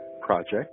project